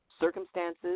Circumstances